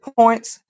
points